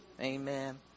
Amen